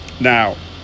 Now